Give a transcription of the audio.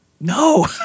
No